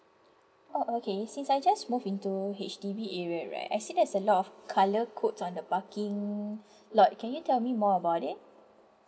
oh okay since I just move into H_D_B area right I see there's a lot of colour codes on the parking lot can you tell me more about it